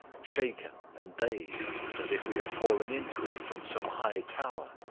shaken and dazed as if we had fallen into it from some high tower.